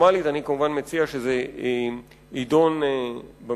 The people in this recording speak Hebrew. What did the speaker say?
פורמלית אני כמובן מציע שזה יידון במליאה,